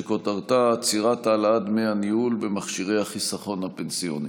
שכותרתה: עצירת העלאת דמי הניהול במכשירי החיסכון הפנסיוני.